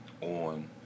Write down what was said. on